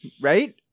right